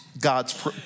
God's